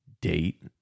date